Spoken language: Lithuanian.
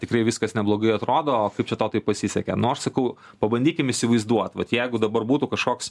tikrai viskas neblogai atrodo o kaip čia tau taip pasisekė nu aš sakau pabandykim įsivaizduot vat jeigu dabar būtų kažkoks